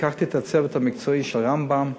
לקחתי את הצוות המקצועי של רמב"ם,